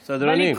סדרנים.